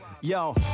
Yo